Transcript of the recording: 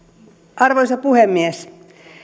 arvoisa puhemies